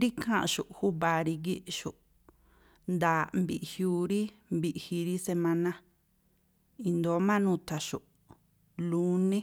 Rí ikháa̱nꞌxu̱ꞌ júba̱a rígíꞌxu̱ꞌ, nda̱a̱ꞌ mbiꞌjiuu rí mbiꞌji rí semáná, i̱ndóó má nu̱tha̱xu̱ꞌ, lúní,